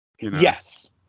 Yes